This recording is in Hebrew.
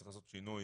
צריך לעשות שינוי